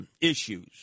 issues